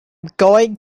going